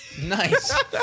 Nice